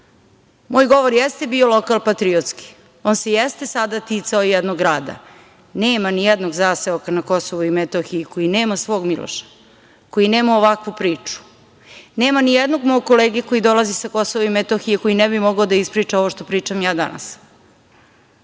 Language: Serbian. Moj govor jeste bio lokal-patriotski, on se jeste sada ticao jednog grada. Nema nijednog zaseoka na Kosovu i Metohiji koji nema svog Miloša, koji nema ovakvu priču. Nema nijednog mog kolege koji dolazi sa Kosova i Metohije koji ne bi mogao da ispriča ovo što pričam ja danas.